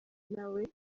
nawe